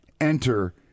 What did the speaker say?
enter